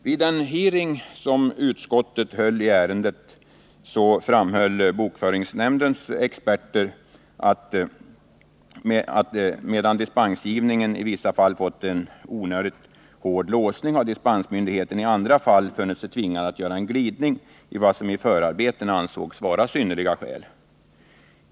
Vid den hearing som utskottet hade i ärendet framhöll bokföringsnämndens experter att medan dispensgivningen i vissa fall fått en onödigt hård låsning, har dispensmyndigheten i andra fall funnit sig tvingad att göra en glidning från vad som i förarbetena ansågs vara synnerliga skäl.